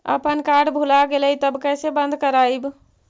अपन कार्ड भुला गेलय तब कैसे बन्द कराइब?